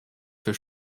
für